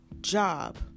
job